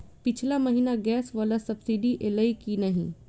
पिछला महीना गैस वला सब्सिडी ऐलई की नहि?